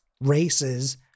races